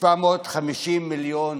1.75 מיליארד